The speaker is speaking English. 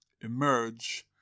emerge